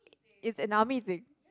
it's an army thing